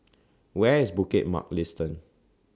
Where IS Bukit Mugliston